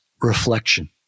reflection